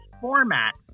format